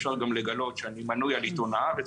אפשר גם לגלות שאני מנוי על עיתון "הארץ",